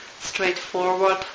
straightforward